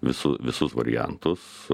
visų visus variantus